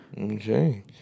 Okay